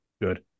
good